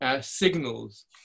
signals